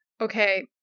Okay